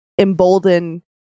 embolden